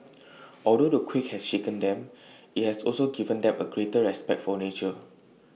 although the quake has shaken them IT has also given them A greater respect for nature